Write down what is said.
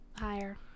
Higher